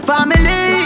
Family